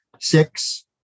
six